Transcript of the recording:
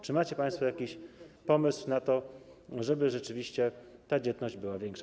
Czy macie państwo jakiś pomysł na to, żeby rzeczywiście ta dzietność była większa?